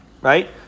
Right